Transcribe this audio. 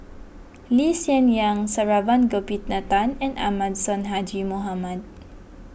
Lee Hsien Yang Saravanan Gopinathan and Ahmad Sonhadji Mohamad